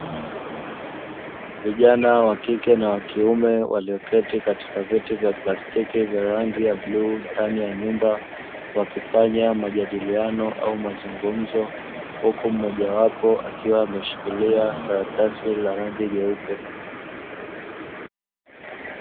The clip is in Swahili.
Vijana wa kike na wa kiume waliyoketi katika viti vya plastiki vya rangi ya bluu ndani ya nyumba wakifanya majadiliano au mazungumzo, huku mmoja wapo akiwa ameshikilia karatasi la rangi nyeupe.